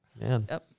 man